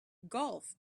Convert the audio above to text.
golf